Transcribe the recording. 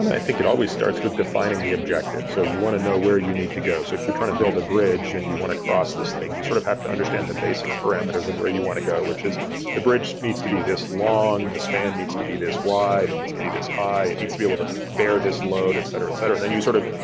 i think it always starts with defining the objective, so you wanna know where you need to go. so if you're trying to build a bridge and you wanna cross this thing, you sort of have to understand the basic parameters of where you wanna go, which is the bridge needs to be this long. the span needs to be this wide. it needs to be this high. it needs to be able to bear this load, et cetera, et cetera. and then you sort of,